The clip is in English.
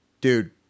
dude